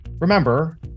Remember